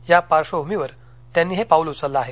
या पार्श्वभूमीवर त्यांनी हे पाऊल उचललं आहे